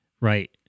right